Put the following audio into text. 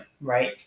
right